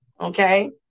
okay